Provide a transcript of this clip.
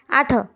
ଆଠ